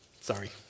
Sorry